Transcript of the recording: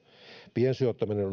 piensijoittaminen